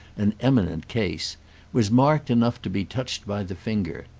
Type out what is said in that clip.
an eminent case was marked enough to be touched by the finger.